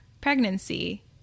pregnancy